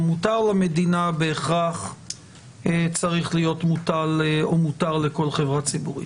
מותר למדינה בהכרח צריך להיות מוטל או מותר לכל חברה ציבורית.